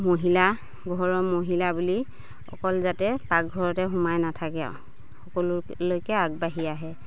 মহিলা ঘৰৰ মহিলা বুলি অকল যাতে পাকঘৰতে সোমাই নাথাকে আৰু সকলোলৈকে আগবাঢ়ি আহে